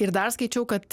ir dar skaičiau kad